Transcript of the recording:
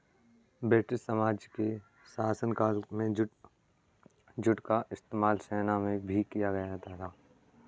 British साम्राज्य के शासनकाल में जूट का इस्तेमाल सेना में भी किया जाता था